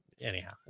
anyhow